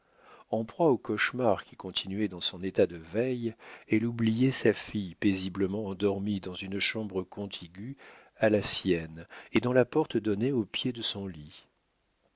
en proie au cauchemar qui continuait dans son état de veille elle oubliait sa fille paisiblement endormie dans une chambre contiguë à la sienne et dont la porte donnait au pied de son lit